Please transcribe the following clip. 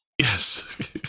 Yes